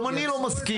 גם אני לא מסכים.